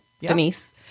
Denise